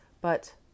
But—